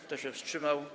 Kto się wstrzymał?